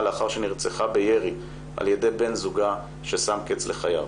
לאחר שנרצחה בירי על ידי בן זוגה ששם קץ לחייו.